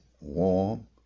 warm